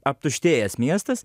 aptuštėjęs miestas